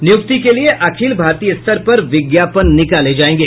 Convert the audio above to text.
नियुक्ति के लिए अखिल भारतीय स्तर पर विज्ञापन निकाले जायेंगे